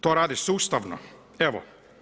To rade sustavno, evo.